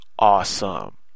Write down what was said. Awesome